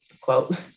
quote